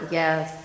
yes